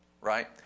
right